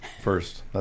first